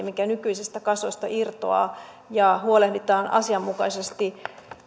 mikä nykyisistä kasoista irtoaa ja huolehditaan asianmukaisesti